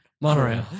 Monorail